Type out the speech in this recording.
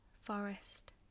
forest